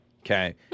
Okay